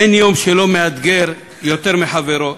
אין יום שלא מאתגר יותר מחברו,